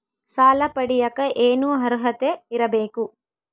ಸಾಲ ಪಡಿಯಕ ಏನು ಅರ್ಹತೆ ಇರಬೇಕು?